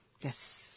Yes